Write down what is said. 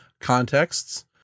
contexts